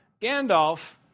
Gandalf